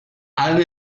allen